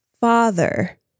father